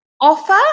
offer